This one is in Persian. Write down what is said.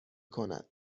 کند